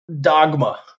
dogma